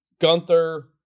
Gunther